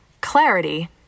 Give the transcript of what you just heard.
clarity